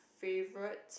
favorite